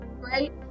great